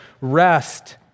rest